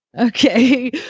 Okay